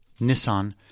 Nissan